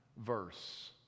verse